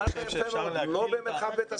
לא במרחב בית הספר.